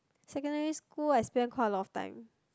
secondary school I spend quite a lot of time